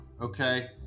okay